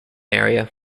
area